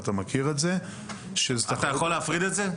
ואתה מכיר את זה -- אתה יכול להפריד את זה?